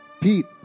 Pete